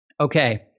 okay